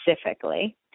specifically